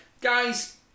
Guys